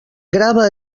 grava